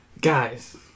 Guys